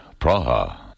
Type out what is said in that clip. Praha